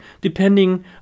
depending